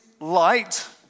light